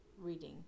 reading